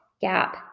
gap